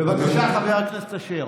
בבקשה, חבר הכנסת אשר.